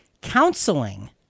counseling